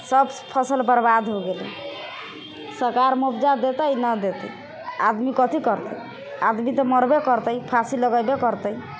सब फसल बर्बाद हो गेलै सरकार मुआवजा देतै नहि देतै आदमी कथी करतै आदमी तऽ मरबे करतै फाँसी लगेबे करतै